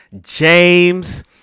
James